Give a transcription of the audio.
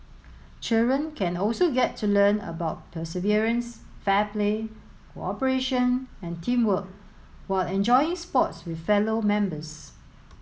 children can also get to learn about perseverance fair play cooperation and teamwork while enjoying sports with fellow members